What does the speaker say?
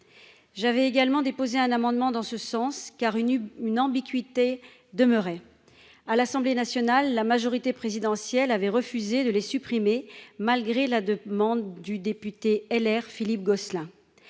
J'avais déposé un amendement en ce sens, car une ambiguïté demeurait. À l'Assemblée nationale, la majorité présidentielle avait refusé une telle suppression, malgré la demande du député Les Républicains Philippe Gosselin.